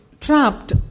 trapped